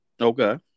Okay